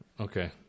Okay